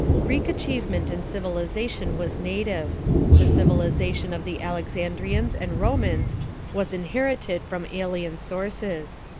greek achievement in civilization was native the civilization of the alexandrians and romans was inherited from alien sources.